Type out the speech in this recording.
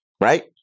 Right